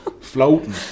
floating